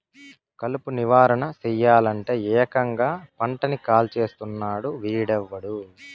కలుపు నివారణ సెయ్యలంటే, ఏకంగా పంటని కాల్చేస్తున్నాడు వీడెవ్వడు